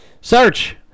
Search